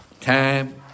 Time